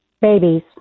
babies